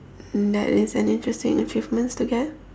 that is an interesting achievements to get